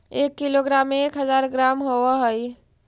एक किलोग्राम में एक हज़ार ग्राम होव हई